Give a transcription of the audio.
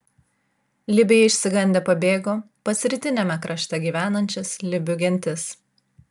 libiai išsigandę pabėgo pas rytiniame krašte gyvenančias libių gentis